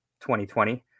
2020